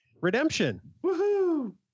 Redemption